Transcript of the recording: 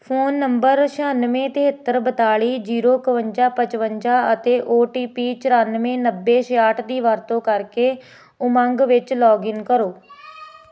phone number ਛਿਆਨਵੇਂ ਤੇਹੱਤਰ ਬਿਆਲੀ ਜੀਰੋ ਇਕਵੰਜਾ ਪਚਵੰਜਾ ਅਤੇ ਓ ਟੀ ਪੀ ਚੁਰਾਨਵੇਂ ਨੱਬੇ ਛਿਆਹਠ ਦੀ ਵਰਤੋਂ ਕਰਕੇ ਉਮੰਗ ਵਿੱਚ ਲੌਗਇਨ ਕਰੋ